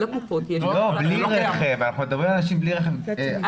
אנחנו מדברים על אנשים בלי רכב.